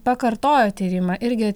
pakartojo tyrimą irgi